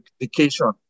education